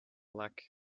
luck